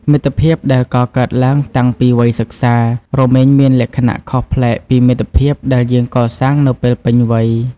មិត្តភាពដែលកកើតឡើងតាំងពីវ័យសិក្សា រមែងមានលក្ខណៈខុសប្លែកពីមិត្តភាពដែលយើងកសាងនៅពេលពេញវ័យ។